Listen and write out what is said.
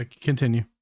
Continue